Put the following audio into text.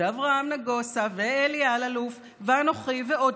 ואברהם נגוסה ואלי אלאלוף ואנוכי ועוד